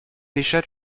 pêcha